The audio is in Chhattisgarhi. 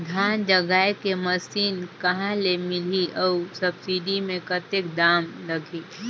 धान जगाय के मशीन कहा ले मिलही अउ सब्सिडी मे कतेक दाम लगही?